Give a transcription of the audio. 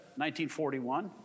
1941